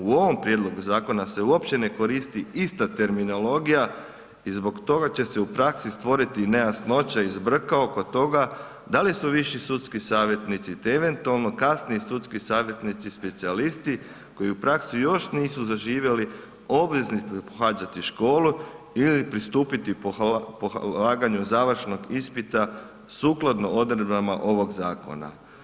U ovom prijedlogu zakona se uopće ne koristi ista terminologija i zbog toga će se u praksi stvoriti nejasnoća i zbrka oko toga da li su viši sudski savjetnici te eventualno kasniji sudski savjetnici-specijalisti, koji u praksi još nisu zaživjeli obvezni pohađati školu ili pristupiti polaganju završnog ispita sukladno odredbama ovog zakona.